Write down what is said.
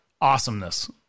awesomeness